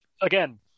again